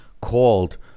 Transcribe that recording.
called